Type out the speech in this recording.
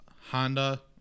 Honda